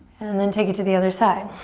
and then take it to the other side.